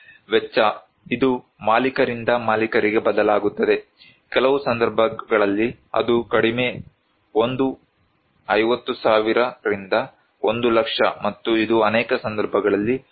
ವೆಚ್ಚ ಇದು ಮಾಲೀಕರಿಂದ ಮಾಲೀಕರಿಗೆ ಬದಲಾಗುತ್ತದೆ ಕೆಲವು ಸಂದರ್ಭಗಳಲ್ಲಿ ಅದು ಕಡಿಮೆ ಒಂದು 50000 ರಿಂದ 1 ಲಕ್ಷ ಮತ್ತು ಇದು ಅನೇಕ ಸಂದರ್ಭಗಳಲ್ಲಿ 1